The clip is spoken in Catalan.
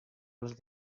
els